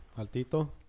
Altito